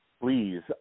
Please